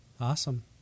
Awesome